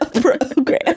program